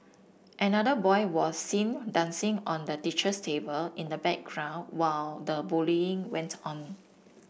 another boy was seen dancing on the teacher's table in the background while the bullying went on